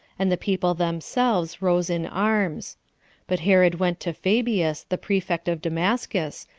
and the people themselves rose in arms but herod went to fabius, the prefect of damascus,